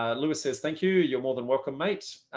ah lewis says thank you. you're more than welcome, mate.